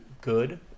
good